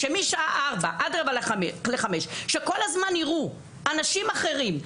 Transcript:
שמשעה 16:00 עד 16:45 שכל הזמן יראו אנשים אחרים,